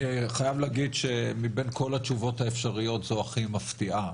אני חייב להגיד שמבין כל התשובות האפשריות זו הכי מפתיעה.